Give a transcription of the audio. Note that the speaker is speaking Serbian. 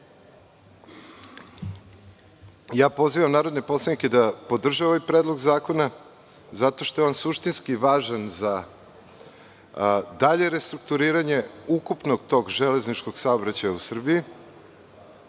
narodne poslanike da podrže ovaj predlog zakona zato što je on suštinski važan za dalje restrukturiranje ukupnog železničkog saobraćaja u Srbiji.